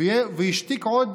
והשתיק עוד